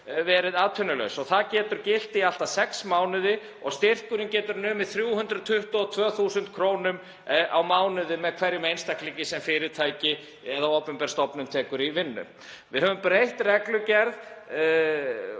verið atvinnulaus. Það getur gilt í allt að sex mánuði og styrkurinn getur numið 322.000 kr. á mánuði með hverjum einstaklingi sem fyrirtæki eða opinber stofnun tekur í vinnu. Við höfum breytt reglugerð